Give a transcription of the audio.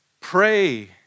pray